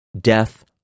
death